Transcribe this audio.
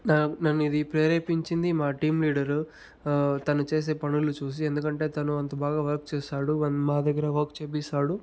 న నన్ను ఇది ప్రేరేపించింది మా టీం లీడరు తను చేసే పనులు చూసి ఎందుకంటే తను అంత బాగా వర్క్ చేస్తాడు వన్ మా దగ్గర వర్క్ చేయిస్తాడు